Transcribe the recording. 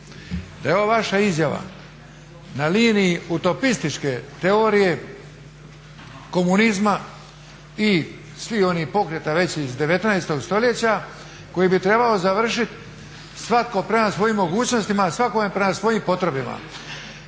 ova vaša izjava na liniji utopističke teorije komunizma i svih onih pokreta već iz 19.stoljeća koji trebao završiti svatko prema svojim mogućnostima, svakome prema svojim potrebama.